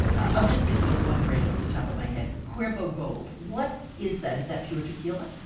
i'm just thinking of one brand off the top of my head, cuervo gold. what is that? is that pure tequila?